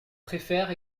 préfère